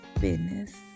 business